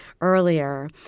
earlier